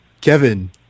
Kevin